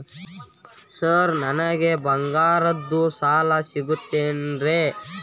Sir ನನಗೆ ಬಂಗಾರದ್ದು ಸಾಲ ಸಿಗುತ್ತೇನ್ರೇ?